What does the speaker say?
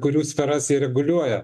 kurių sferas jie reguliuoja